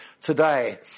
today